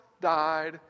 died